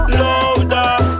louder